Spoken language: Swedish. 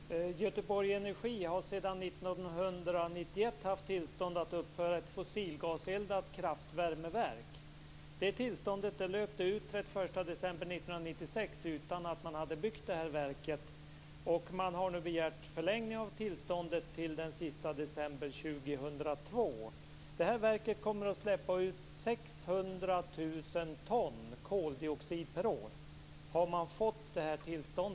Fru talman! Göteborg energi har sedan 1991 haft tillstånd att uppföra ett fossilgaseldat kraftvärmeverk. Detta tillstånd löpte ut den 31 december 1996 utan att man hade byggt det här verket. Man har nu begärt förlängning av tillståndet till den sista december Det här verket kommer att släppa ut 600 000 ton koldioxid per år. Har man fått detta tillstånd?